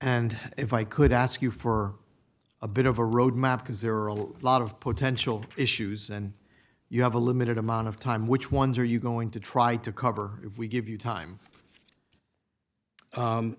and if i could ask you for a bit of a roadmap because there are a lot of potential issues and you have a limited amount of time which ones are you going to try to cover if we give you time